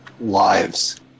lives